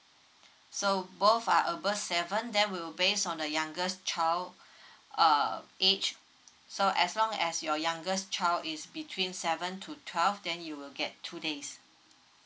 so both are above seven then we will base on the youngest child uh age so as long as your youngest child is between seven to twelve then you will get two days